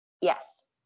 Yes